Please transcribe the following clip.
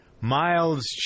Miles